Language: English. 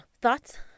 Thoughts